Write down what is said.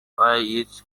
each